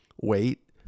Wait